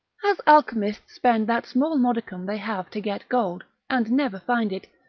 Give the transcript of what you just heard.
as alchemists spend that small modicum they have to get gold, and never find it,